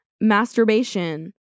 masturbation